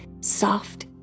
soft